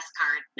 card